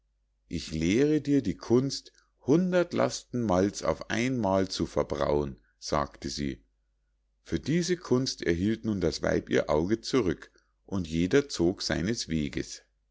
ich lehre dir die kunst hundert lasten malz auf einmal zu verbrauen sagte sie für diese kunst erhielt nun das weib ihr auge zurück und jeder zog seines weges